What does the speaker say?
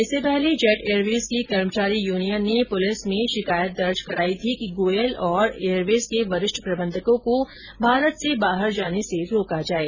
इससे पहले जेट एयरवेज की कर्मचारी युनियन ने पुलिस में शिकायत दर्ज कराई थी कि गोयल और एयरवेज के वरिष्ठ प्रबंधकों को भारत से बाहर जाने से रोका जाये